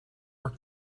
are